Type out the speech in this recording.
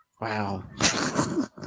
wow